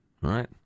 right